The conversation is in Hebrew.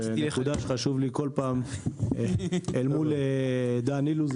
חשוב לי כל פעם אל מול דן אילוז,